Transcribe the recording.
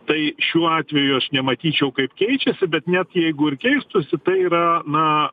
tai šiuo atveju aš nematyčiau kaip keičiasi bet net jeigu ir keistųsi tai yra na